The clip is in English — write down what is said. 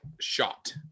shot